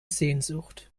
sehnsucht